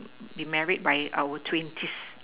be married by our twenties